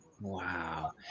Wow